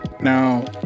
Now